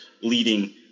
leading